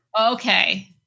Okay